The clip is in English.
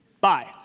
Bye